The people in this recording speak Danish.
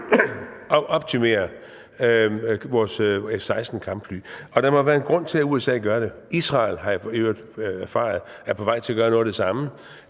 og optimere vores F-16-kampfly. Og der må være en grund til, at USA gør det. Jeg har i øvrigt erfaret, at Israel er på vej til gøre noget af det samme.